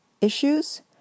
issues